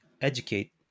educate